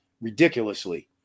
ridiculously